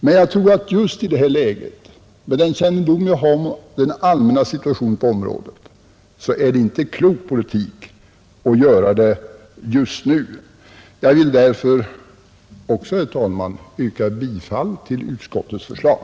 Men jag tror just i detta läge med den kännedom jag har om den allmänna situationen på området att det inte är klok politik att göra det just nu. Jag vill därför också, herr talman, yrka bifall till utskottets förslag.